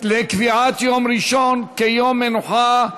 החוק עברה בקריאה טרומית ותועבר לוועדת הפנים והגנת הסביבה.